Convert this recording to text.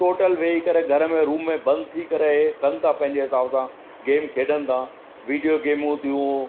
total वेही करे घर में रूम में बंदि थी करे कन था पंहिंजे हिसाब सां गेम खेॾनि था वीडियो गेमूं थियूं